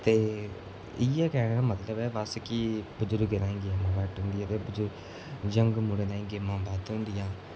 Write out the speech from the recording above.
ते इ'यै कैह्ने दा मतलब ऐ बस कि बजुर्गें ताईं गेमां घट्ट होंदियां ते बजुर यंग मुड़ें ताईं गेमां बद्ध होंदियां